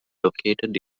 located